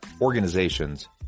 organizations